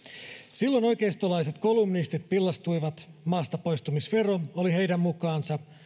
silloin oikeistolaiset kolumnistit pillastuivat maastapoistumisvero oli heidän mukaansa